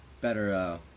better